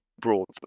broad